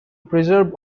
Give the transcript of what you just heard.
preserve